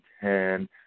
ten